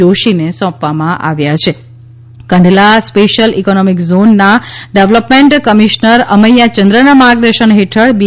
જોશીન સોંપવામાં આવ્યા છા કંડલા સ્પશ્ચિયલ ઈકોનોમિક ઝોનના ડેવલોપમાન્ન્ટ કમિશનર અમૈયા ચંદ્રનાં માર્ગદર્શન હેઠળ બી